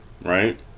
right